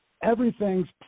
everything's